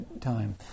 time